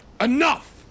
enough